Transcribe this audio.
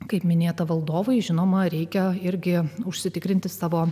kaip minėta valdovai žinoma reikia irgi užsitikrinti savo